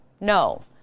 no